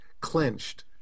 clenched